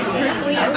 personally